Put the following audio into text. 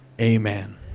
Amen